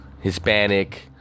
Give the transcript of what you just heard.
Hispanic